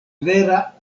vera